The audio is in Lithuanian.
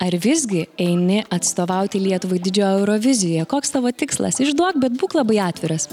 ar visgi eini atstovauti lietuvai didžiojoj eurovizijoje koks tavo tikslas išduok bet būk labai atviras